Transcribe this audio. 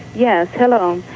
yes, hello.